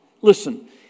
Listen